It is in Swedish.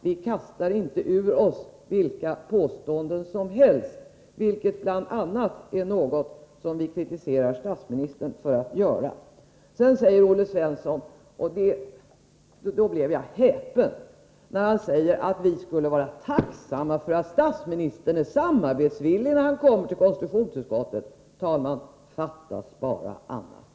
Vi kastar inte ur oss vilka påståenden som helst — vilket f. ö. är något som vi kritiserar statsministern för att göra. Sedan sade Olle Svensson — och då blev jag häpen — att vi skulle vara tacksamma för att statsministern är samarbetsvillig när han kommer till konstitutionsutskottet. Herr talman! Fattas bara annat!